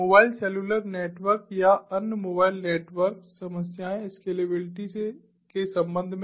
mobile cellular network या अन्य mobile network समस्याएं स्केलेबिलिटी के संबंध में हैं